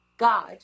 God